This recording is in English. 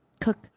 cook